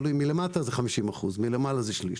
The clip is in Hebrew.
מלמטה זה 50%, מלמעלה זה שליש.